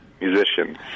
musician